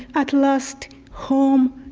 at last, home,